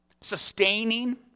sustaining